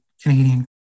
Canadian